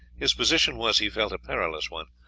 his position was, he felt, a perilous one.